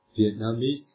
Vietnamese